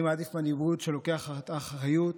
אני מעדיף מנהיגות שלוקחת אחריות,